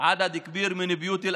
אפילו ביישובים הקטנים מספר גדול של בתי